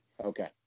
Okay